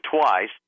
twice